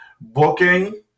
Booking